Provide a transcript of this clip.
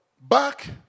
back